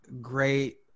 great